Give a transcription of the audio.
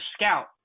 scout